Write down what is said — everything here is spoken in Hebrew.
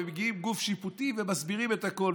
ומביאים גוף שיפוטי ומסבירים את הכול.